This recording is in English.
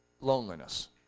loneliness